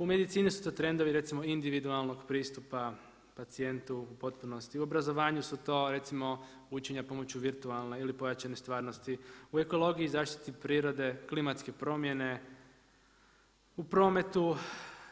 U medicini su to trendovi recimo individualnog pristupa pacijentu u potpunosti, u obrazovanju su to recimo učenja pomoću virtualne ili pojačane stvarnosti, u ekologiji i zaštiti prirode klimatske promjene, u prometu,